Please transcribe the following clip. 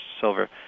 silver